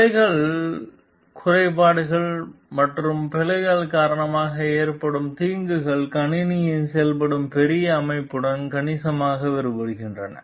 பிழைகள் குறைபாடுகள் மற்றும் பிழைகள் காரணமாக ஏற்படும் தீங்குகள் கணினி செயல்படும் பெரிய அமைப்புடன் கணிசமாக வேறுபடுகின்றன